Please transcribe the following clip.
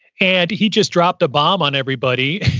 and he just dropped a bomb on everybody.